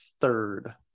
third